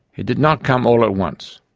it did not come all at once.